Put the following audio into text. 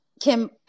Kim